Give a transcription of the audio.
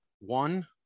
One